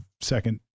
second